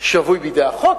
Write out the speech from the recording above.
שבוי בידי החוק,